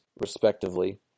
respectively